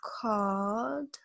called